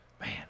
Man